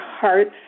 hearts